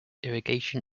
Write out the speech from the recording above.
irrigation